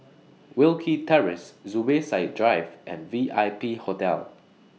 Wilkie Terrace Zubir Said Drive and V I P Hotel